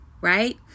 right